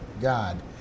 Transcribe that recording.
God